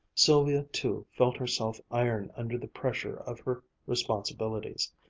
sylvia too felt herself iron under the pressure of her responsibilities.